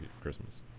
Christmas